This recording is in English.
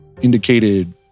Indicated